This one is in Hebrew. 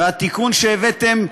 והתיקון שהבאתם,